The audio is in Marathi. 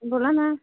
बोला ना